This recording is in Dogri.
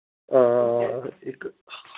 हां इक